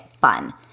fun